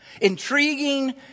intriguing